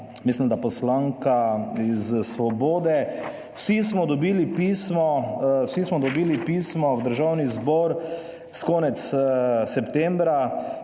mislim da poslanka iz Svobode. Vsi smo dobili pismo v Državni zbor s konec septembra,